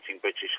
British